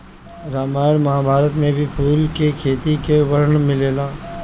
रामायण महाभारत में भी फूल के खेती के वर्णन मिलेला